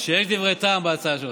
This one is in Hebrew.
דברי טעם בהצעה שלך,